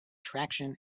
traction